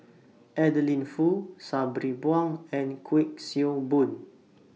Adeline Foo Sabri Buang and Kuik Swee Boon